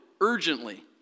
urgently